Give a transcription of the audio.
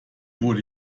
wurde